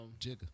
Jigga